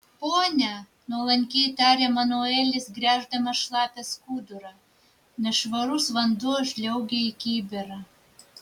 pone nuolankiai tarė manuelis gręždamas šlapią skudurą nešvarus vanduo žliaugė į kibirą